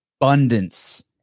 abundance